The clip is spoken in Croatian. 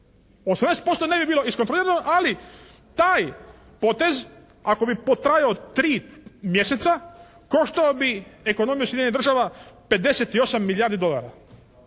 80% ne bi bilo iskontrolirano, ali taj potez ako bi potrajao tri mjeseca koštao bi ekonomiju Sjedinjenih Država 58 milijardi dolara.